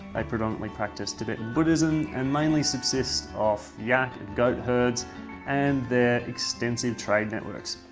they predominantly practise tibetan buddhism and mainly subsist of yak and goat herds and their extensive trade networks.